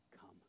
come